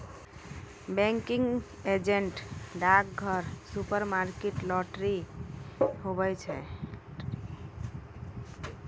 banking agent डाकघर, supermarket, lottery, हुवै छै